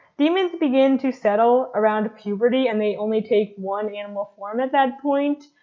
daemons begin to settle around puberty and they only take one animal form at that point,